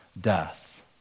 death